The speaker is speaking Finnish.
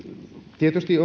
tietysti